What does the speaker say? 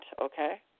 okay